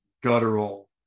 guttural